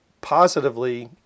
positively